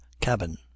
cabin